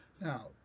Now